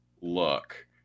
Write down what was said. look